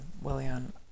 Willian